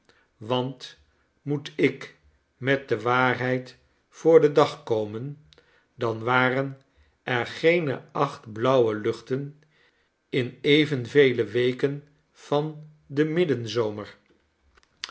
want moet ik met de waarheid voor den dag komen dan waren er geene acht blauwe luchten in evenvele weken van den